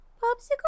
popsicle